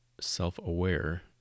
self-aware